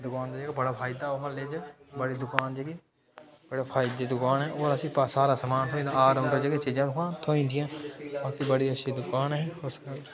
दुकान दा जेह्ड़ा बड़ा फायदा म्हल्ले च बड़ी दुकान जेह्ड़ी बड़े फायदे दी दुकान ऐ ओह् असें ई सारा समान थ्होई जंदा आल राउंडर बडियां हारियां चीज़ां जेह्कियां थ्होई जंदियां बड़ी अच्छी दुकान ऐ फसर्ट क्लास